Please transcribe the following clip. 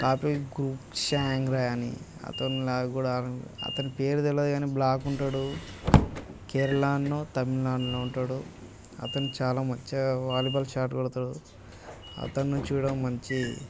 copy groups ఛాయాంగ్రే అని అతనిలాగా కూడా ఆడ అతని పేరు తెలవదు కానీ బ్లాక్ ఉంటాడు కేరళాలో తమిళనాడులో ఉంటాడు అతను చాలా మంచిగా వాలీబాల్ షాట్ కొడతాడు అతని నుంచి కూడా మంచి